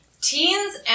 teens